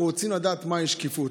אנחנו רוצים לדעת מהי השקיפות.